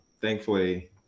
thankfully